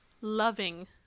loving